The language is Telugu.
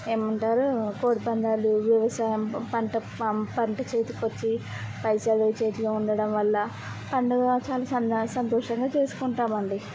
ఏమంటారు కోడిపందాలూ వ్యవసాయం పం పంట పం పంట చేతికొచ్చి పైసలు చేతిలో ఉండడం వల్ల పండగా చాలా సరదా సంతోషంగా చేసుకుంటామండి